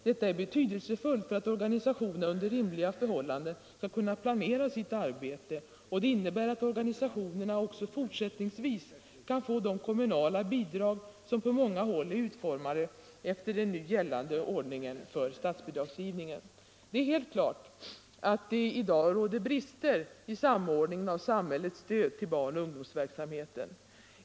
Detta är betydelsefullt för att organisationerna under rimliga förhållanden skall kunna planera sitt arbete, och det innebär att organisationer också fortsättningsvis kan få de kommunala bidrag som på många håll är utformade efter den nu gällande ordningen för statsbidragsgivningen. Det är helt klart att det i dag brister i samordningen av samhällets stöd till barnoch ungdomsverksamheten.